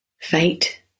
fate